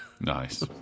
Nice